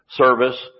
service